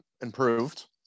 improved